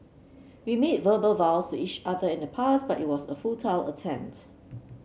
we made verbal vows each other in the past but it was a futile attempt